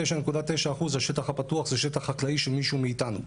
ב-99.9% השטח הפתוח זה שטח חקלאי של מישהו מאיתנו,